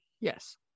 Yes